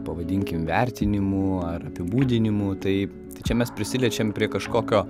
pavadinkim vertinimų ar apibūdinimų tai čia mes prisiliečiam prie kažkokio